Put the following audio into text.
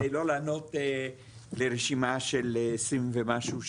כדי לא לענות לרשימה של עשירם ומשהו שאלות,